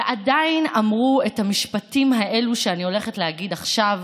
ועדיין אמרו את המשפטים האלו שאני הולכת להגיד עכשיו,